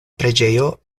preĝejo